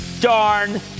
darn